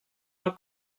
del